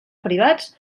privats